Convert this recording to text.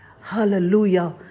Hallelujah